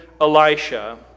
Elisha